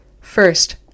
first